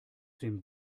den